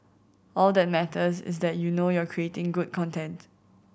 all that matters is that you know you're creating good content